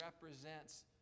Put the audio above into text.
represents